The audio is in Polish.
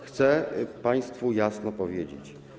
Chcę państwu jasno powiedzieć.